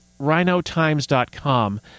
rhinotimes.com